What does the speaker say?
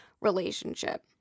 relationship